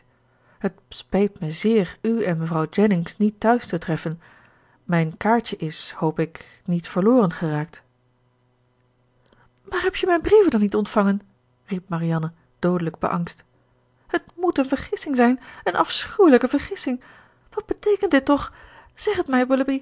het speet mij zeer u en mevrouw jennings niet thuis te treffen mijn kaartje is hoop ik niet verloren geraakt maar heb je mijn brieven dan niet ontvangen riep marianne doodelijk beangst het moet een vergissing zijn een afschuwelijke vergissing wat beteekent dit toch zeg het mij